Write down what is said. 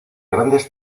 grandes